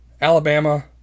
Alabama